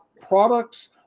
products